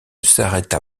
s’arrêta